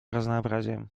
разнообразием